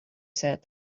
said